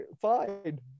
fine